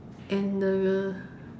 and the